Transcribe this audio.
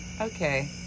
Okay